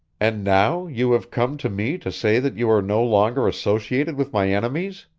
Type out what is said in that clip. and now you have come to me to say that you are no longer associated with my enemies?